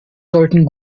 sollten